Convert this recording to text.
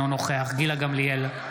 אינו נוכח גילה גמליאל,